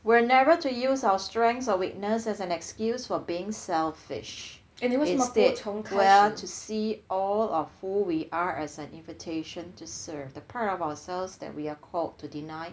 we're never to use our strengths or weakness as an excuse for being selfish instead we are to see all of who we are as an invitation to serve the part of ourselves that we are called to deny